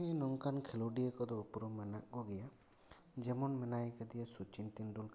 ᱦᱮᱸ ᱱᱚᱝᱠᱟᱱ ᱠᱷᱮᱞᱳᱰᱤᱭᱟᱹ ᱠᱚᱫᱚ ᱩᱯᱨᱩᱢ ᱢᱮᱱᱟᱜ ᱠᱚᱜᱮᱭᱟ ᱡᱮᱢᱚᱱ ᱢᱮᱱᱟᱭ ᱠᱟᱫᱮᱭᱟ ᱥᱚᱪᱤᱱ ᱛᱮᱱᱰᱩᱞᱠᱟᱨ ᱠᱨᱤᱠᱮᱴ ᱠᱷᱮᱞᱟ ᱦᱚᱸ ᱟᱭᱟᱜ